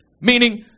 Meaning